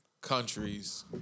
countries